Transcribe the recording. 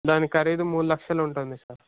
దాని ఖరీదు మూడు లక్షలుంటుంది సార్